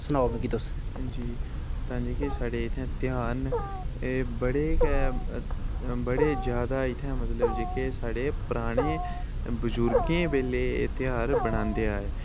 सनाओ मिगी तुस जी ताहियैं कि साढ़े इत्थै ध्यार न एह् बड़े गै बड़े जादै इत्थै मतलब जेह्के साढ़े पराने बजुर्गें बेल्लै ध्यार बनांदे आए